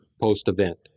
post-event